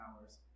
hours